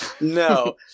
No